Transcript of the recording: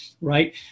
Right